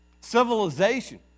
Civilization